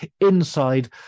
inside